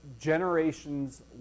generations